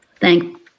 thank